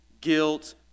guilt